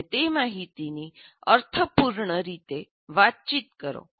અને તે માહિતીની અર્થપૂર્ણ રીતે વાતચીત કરો